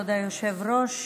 היושב-ראש.